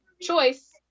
choice